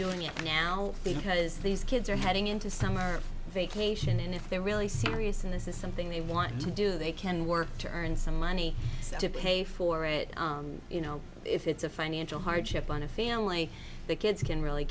doing it now because these kids are heading into summer vacation and if they're really serious and this is something they want to do they can work to earn some money to pay for it you know if it's a financial hardship on a family the kids can really